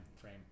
frame